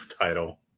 title